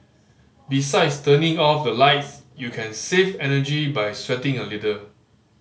besides turning off the lights you can save energy by sweating a little